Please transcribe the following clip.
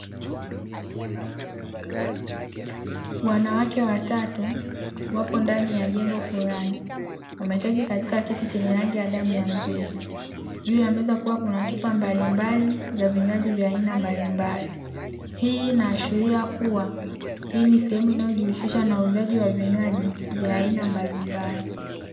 Wanawake watatu wapo ndani ya jengo fulani wameketi katika kiti chenye rangi ya damu ya mzee, juu ya meza kukiwa na chupa mbalimbali za vinywaji vya aina mbalimbali, hii inaashiria kuwa hii ni sehemu inayojihusisha na uuzaji wa vinywaji mbalimbali.